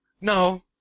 No